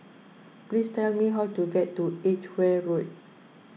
please tell me how to get to Edgeware Road